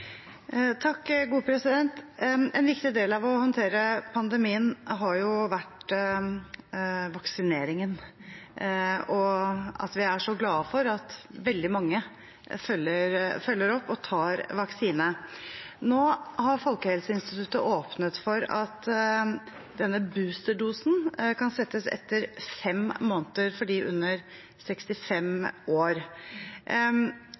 En viktig del av å håndtere pandemien har vært vaksineringen, og vi er glade for at veldig mange følger opp og tar vaksine. Nå har Folkehelseinstituttet åpnet for at denne boosterdosen kan settes etter fem måneder for dem under 65